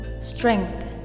strength